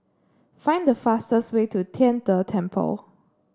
find the fastest way to Tian De Temple